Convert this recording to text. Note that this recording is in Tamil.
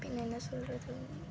பின்ன என்ன சொல்கிறது